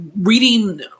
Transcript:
Reading